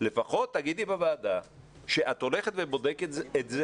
לפחות תגידי בוועדה שאת הולכת ובודקת את זה